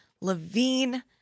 Levine